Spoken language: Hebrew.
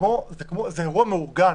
זה אירוע מאורגן.